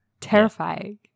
Terrifying